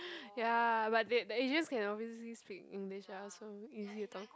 ya but the the Asians can obviously speak English lah so easy to talk